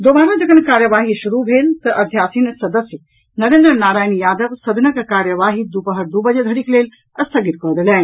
दोबारा जखन कार्यवाही शुरू भेल तऽ अध्यासीन सदस्य नरेन्द्र नारायण यादव सदनक कार्यवाही दूपहर दू बजे धरिक लेल स्थगित कऽ देलनि